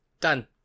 Done